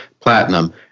Platinum